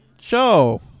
show